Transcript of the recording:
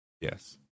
yes